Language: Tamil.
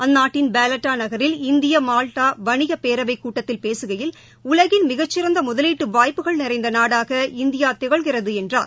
அந்நாட்டின் பேலட்டா நகரில் இந்திய மால்டா வணிக பேரவைக் கூட்டத்தில் பேசுகையில் உலகின் மிகச்சிறந்த முதலீட்டு வாய்ப்புகள் நிறைந்த நாடாக இந்தியா திகழ்கிறது என்றார்